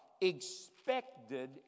expected